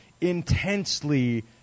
intensely